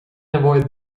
avoid